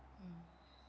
oh